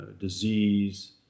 disease